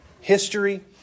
history